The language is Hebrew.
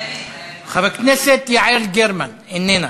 חברת הכנסת יעל גרמן, איננה.